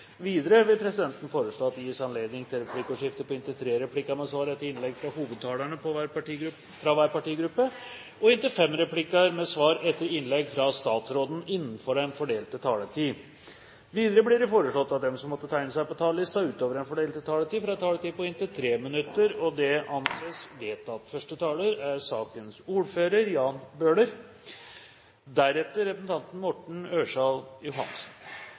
Videre vil presidenten foreslå at det gis anledning til replikkordskifte på inntil tre replikker med svar etter innlegg fra hovedtalerne fra hver partigruppe og inntil fem replikker med svar etter innlegg fra statsråden innenfor den fordelte taletid. Videre blir det foreslått at de som måtte tegne seg på talerlisten utover den fordelte taletid, får en taletid på inntil 3 minutter. Det anses vedtatt.